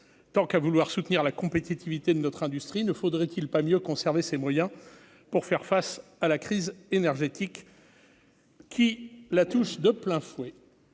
tant qu'à vouloir soutenir la compétitivité de notre industrie, ne faudrait-il pas mieux conserver ses moyens pour faire face à la crise énergétique. Qui la touche de plein fouet.